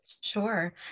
Sure